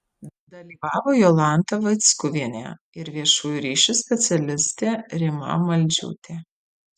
dalyvavo jolanta vaickuvienė ir viešųjų ryšių specialistė rima maldžiūtė